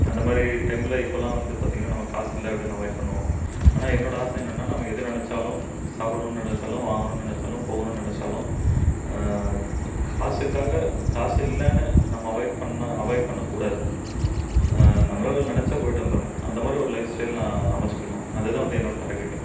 அந்த மாதிரி டைம்ல இப்போல்லாம் வந்து பார்த்தீங்கன்னா நம்ம காசு இல்லை அப்படின்னு அவாய்ட் பண்ணுவோம் ஆனால் என்னோட ஆசை என்னன்னா நம்ம எது நினச்சாலும் சாப்பிட்ணுன்னு நினச்சாலும் வாங்கணுன்னு நினச்சாலும் போகணும்ன்னு நினச்சாலும் காசுக்காக காசு இல்லைன்னு நம்ம அவாய்ட் பண்ண அவாய்ட் பண்ணக் கூடாது நம்மளால் நினச்சா போயிவிட்டு வந்துரணும் அந்த மாதிரி ஒரு லைஃப் ஸ்டைல் நான் அமைச்சிக்கணும் அது தான் வந்து என்னோட டார்கெட்டு